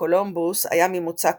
שקולומבוס היה ממוצא קטלוני,